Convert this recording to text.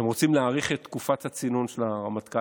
רוצים להאריך את תקופת הצינון של הרמטכ"לים.